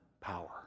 power